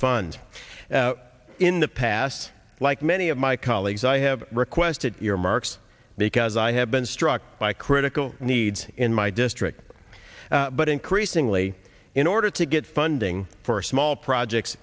fund in the past like many of my colleagues i have requested earmarks because i have been struck by critical needs in my district but increasingly in order to get funding for small projects